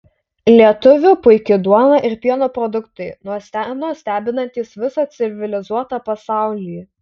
lietuvių puiki duona ir pieno produktai nuo seno stebinantys visą civilizuotą pasaulį